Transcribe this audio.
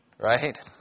right